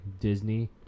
Disney